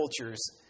cultures